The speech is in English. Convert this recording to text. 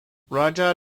raja